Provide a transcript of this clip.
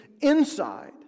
inside